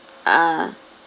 ah